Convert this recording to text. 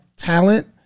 Talent